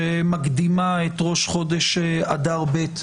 שמקדימה את ראש חודש אדר ב'.